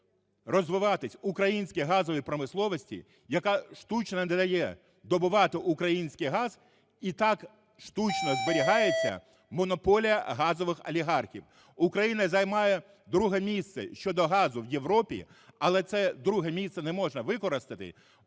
розвиватись українській газовій промисловості, яка штучно не дає добувати український газ і так штучно зберігається монополія газових олігархів. Україна займає друге місце щодо газу в Європі, але це друге місце неможна використати,